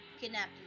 kidnapped